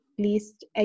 least